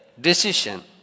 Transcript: decision